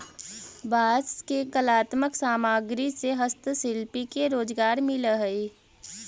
बांस के कलात्मक सामग्रि से हस्तशिल्पि के रोजगार मिलऽ हई